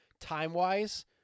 time-wise